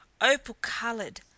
opal-coloured